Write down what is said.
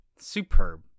Superb